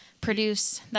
produce